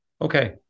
Okay